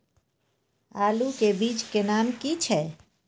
आलू के बीज के नाम की छै?